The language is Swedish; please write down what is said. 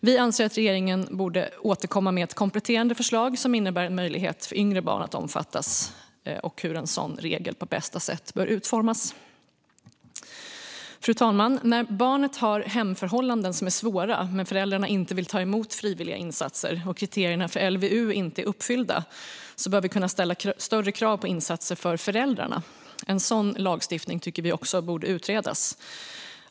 Vi anser att regeringen borde återkomma med ett kompletterande förslag som innebär en möjlighet för yngre barn att omfattas och hur en sådan regel på bästa sätt bör utformas. Fru talman! När barnet har hemförhållanden som är svåra men föräldrarna inte vill ta emot frivilliga insatser och kriterierna för LVU inte är uppfyllda bör vi kunna ställa större krav på insatser för föräldrarna. En sådan lagstiftning tycker vi också borde utredas.